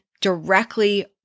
directly